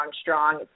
strong